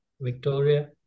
Victoria